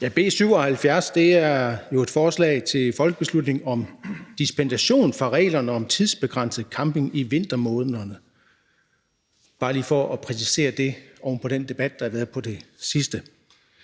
B 77 er jo et forslag til folketingsbeslutning om dispensation fra reglerne om tidsbegrænset camping i vintermånederne – bare lige for at præcisere det oven på den debat, der har været på det sidste.